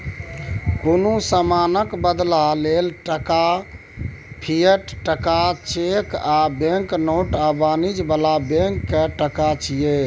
कुनु समानक बदला लेल टका, फिएट टका, चैक आ बैंक नोट आ वाणिज्य बला बैंक के टका छिये